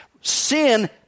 sin